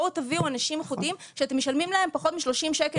בואו תביאו אנשים איכותיים שאתם משלמים להם פחות מ-30 שקלים